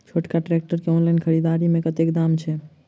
छोटका ट्रैक्टर केँ ऑनलाइन खरीददारी मे कतेक दाम छैक?